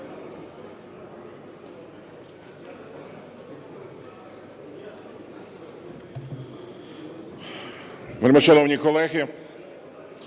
Дякую.